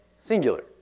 singular